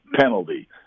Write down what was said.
penalty